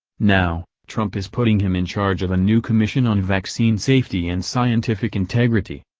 now, trump is putting him in charge of a new commission on vaccine safety and scientific integrity.